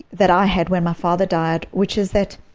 that i had when my father died, which is that